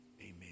Amen